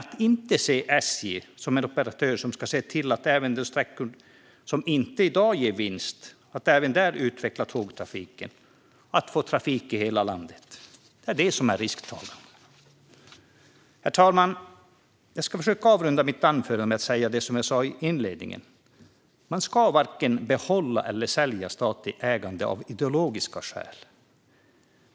Att inte se SJ som en operatör som ska trafikera även de sträckor som i dag inte ger vinst och även där utveckla tågtrafiken för att få trafik i hela landet, det är risktagande. Herr talman! Jag ska avrunda mitt anförande med att säga det som jag sa i inledningen. Man ska varken behålla eller sälja statligt ägande av ideologiska skäl.